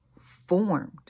formed